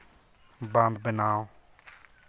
ᱵᱟᱸᱫᱷ ᱵᱮᱱᱟᱣ